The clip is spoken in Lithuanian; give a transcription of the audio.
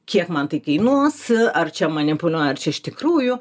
kiek man tai kainuos ar čia manipuliuoja ar čia iš tikrųjų